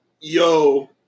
yo